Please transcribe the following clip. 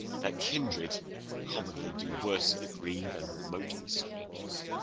that kindred commonly do worse agree than remote strangers.